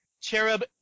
cherub